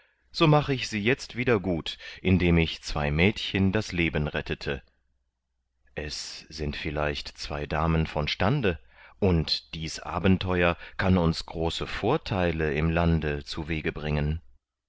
so machte ich sie jetzt wieder gut indem ich zwei mädchen das leben rettete es sind vielleicht zwei damen von stande und dies abenteuer kann uns große vortheile im lande zu wege bringen